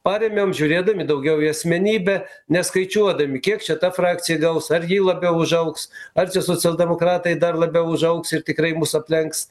parėmėm žiūrėdami daugiau į asmenybę neskaičiuodami kiek čia ta frakcija gaus ar ji labiau užaugs ar socialdemokratai dar labiau užaugs ir tikrai mus aplenks